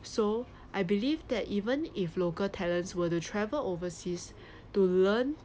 so I believe that even if local talents were to travel overseas to learn